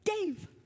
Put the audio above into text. Dave